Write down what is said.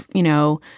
you know,